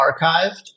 archived